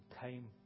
time